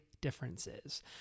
differences